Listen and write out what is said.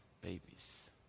babies